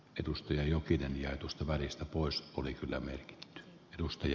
edustaja jokinen ja eetusta väristä pois pulikylämäki edusti